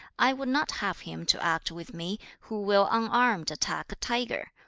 i would not have him to act with me, who will unarmed attack a tiger,